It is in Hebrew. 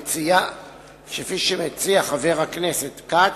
כפי שמציע חבר הכנסת כץ,